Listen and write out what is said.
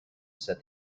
said